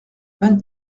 vingt